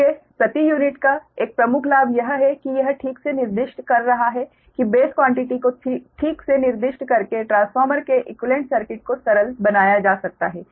इसलिए प्रति यूनिट का एक प्रमुख लाभ यह है कि यह ठीक से निर्दिष्ट कर रहा है कि बेस क्वान्टिटी को ठीक से निर्दिष्ट करके ट्रांसफार्मर के इक्वीवेलेंट सर्किट को सरल बनाया जा सकता है